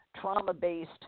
trauma-based